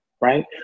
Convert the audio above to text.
right